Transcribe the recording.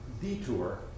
detour